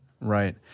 Right